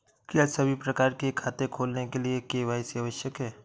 क्या सभी प्रकार के खाते खोलने के लिए के.वाई.सी आवश्यक है?